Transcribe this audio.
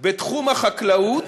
בתחום החקלאות,